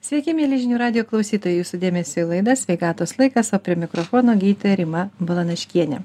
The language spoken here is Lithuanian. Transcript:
sveiki mieli žinių radijo klausytojai jūsų dėmesiui laida sveikatos laikas o prie mikrofono gydytoja rima balanaškienė